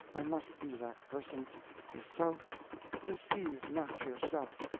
i must be that person if so deceive not yourself.